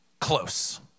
close